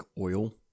oil